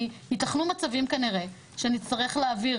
כי יתכנו מצבים כנראה שנצטרך להעביר